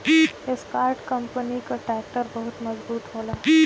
Escort company कअ tractor बहुते मजबूत होला